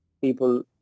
people